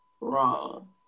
wrong